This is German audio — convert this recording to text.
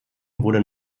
wurde